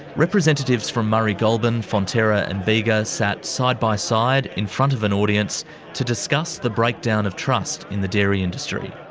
representatives from murray goulburn, fonterra, and bega sat side by side in front of an audience to discuss the breakdown of trust in the dairy industry.